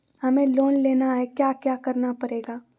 हमें लोन लेना है क्या क्या करना पड़ेगा?